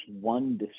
one